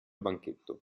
banchetto